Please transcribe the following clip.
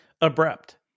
abrupt